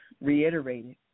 reiterated